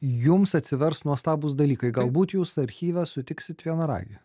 jums atsivers nuostabūs dalykai galbūt jūs archyve sutiksit vienaragį